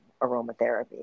aromatherapy